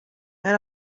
and